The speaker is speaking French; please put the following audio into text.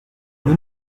nous